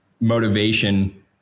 motivation